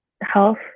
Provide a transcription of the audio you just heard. health